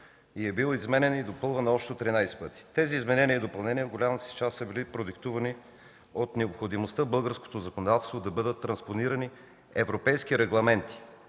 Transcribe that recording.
и е бил изменян и допълван общо тринадесет пъти. Тези изменения и допълнения в голямата си част са били продиктувани от необходимостта в българското законодателство да бъдат транспонирани европейски регламенти